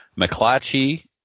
McClatchy